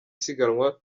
siganwa